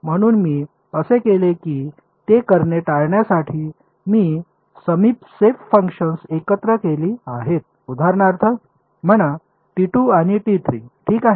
म्हणून मी असे केले की ते करणे टाळण्यासाठी मी समीप शेप फंक्शन्स एकत्र केली आहेत उदाहरणार्थ म्हणा आणि ठीक आहे